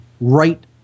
right